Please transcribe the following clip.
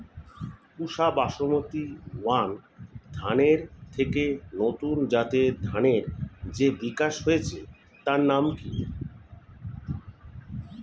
পুসা Basmati one ধানের থেকে নতুন জাতের ধানের যে বিকাশ হয়েছে তার নাম কি?